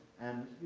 and,